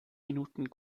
minuten